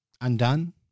undone